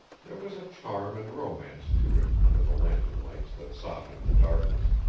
there was a charm and romance to it under the lantern-lights that softened the darkness.